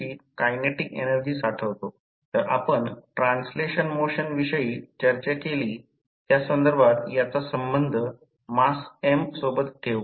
हा एक unity power factor आहे 100 KVA ट्रान्सफॉर्मर अर्धा म्हणून अर्धा 100 1000 1 लोड करा जेणेकरून 50 10 हा 3 वॅट वर उर्जेवर असेल